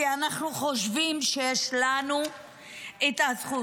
כי אנחנו חושבים שיש לנו את הזכות.